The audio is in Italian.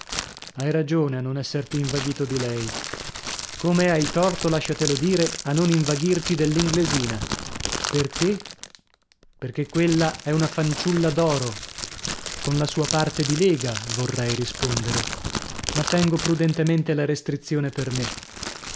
hai ragione a non esserti invaghito di lei come hai torto lasciatelo dire a non invaghirti dell'inglesina perchè perchè quella è una fanciulla d'oro con la sua parte di lega vorrei rispondere ma tengo prudentemente la restrizione per me